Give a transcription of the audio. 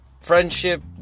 Friendship